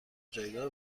جایگاه